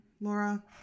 Laura